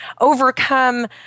overcome